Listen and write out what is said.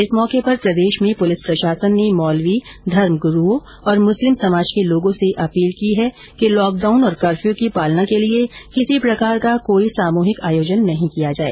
इस मौके पर प्रदेश में पुलिस प्रशासन ने मौलवी और धर्म गुरूओं और मुसलिम समाज के लोगों से अपील की है कि लॉकडाउन और कर्फ्यू की पालना के लिए किसी प्रकार का कोई सामूहिक आयोजन नहीं किया जाए